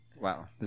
Wow